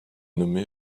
nommée